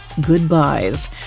goodbyes